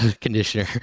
conditioner